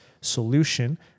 solution